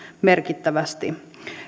merkittävästi